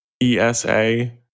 ESA